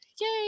yay